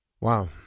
Wow